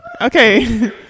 Okay